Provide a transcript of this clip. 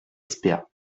spa